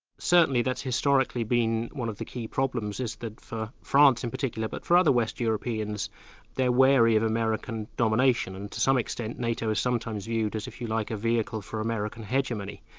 certainly that's historically been one of the key problems, is that for france in particular, but for other west europeans they're wary of american domination and to some extent nato is sometimes viewed as, if you like, a vehicle for american hegemony,